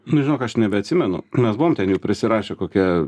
nu žinok aš nebeatsimenu mes buvom ten jų prisirašę kokia